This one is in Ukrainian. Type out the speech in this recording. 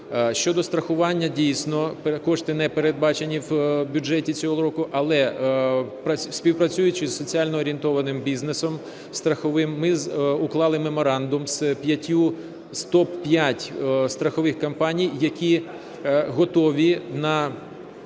Щодо страхування, дійсно, кошти не передбачені в бюджеті цього року. Але, співпрацюючи з соціально-орієнтованим бізнесом страховим, ми уклали меморандум з п'ятьма... з топ-5 страхових компаній, які готові на